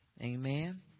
Amen